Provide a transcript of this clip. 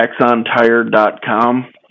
axontire.com